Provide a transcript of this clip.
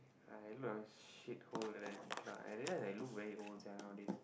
I look like shit hole like that cannot I realise I look very old sia nowadays